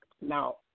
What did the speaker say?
Now